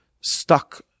stuck